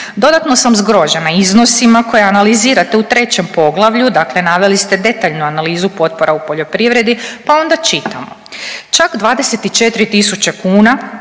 Dodatno sam zgrožena iznosima koje analizirate u trećem poglavlju, dakle naveli ste detaljno analizu potpora u poljoprivredi pa onda čitamo, čak 24.000 kuna